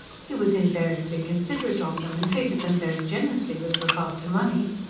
he was invariably considerate of them, and treated them very generously with regard to money.